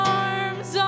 arms